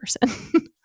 person